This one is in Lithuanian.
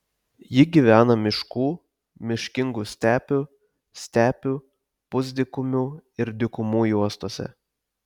ji gyvena miškų miškingų stepių stepių pusdykumių ir dykumų juostose